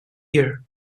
year